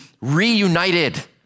reunited